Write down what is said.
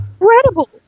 incredible